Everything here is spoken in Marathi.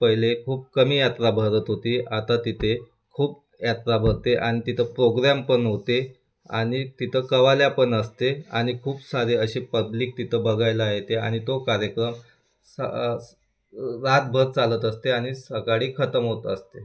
पहिले खूप कमी यात्रा भरत होती आता तिथे खूप यात्रा भरते आणि तिथं प्रोग्रॅम पण होते आणि तिथं कवाल्यापण असते आणि खूप सारे असें पब्लिक तिथं बघायला येते आणि तो कार्यक्रम स रातभर चालत असते आणि सकाळी खतम होत असते